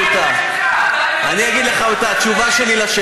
אתה רוצה שאני אגיד שהם עם?